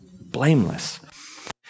Blameless